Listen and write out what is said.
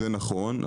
זה נכון.